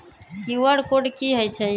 QR code कि हई छई?